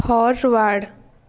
forward